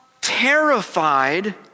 terrified